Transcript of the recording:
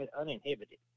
uninhibited